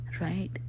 right